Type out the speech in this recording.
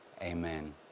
amen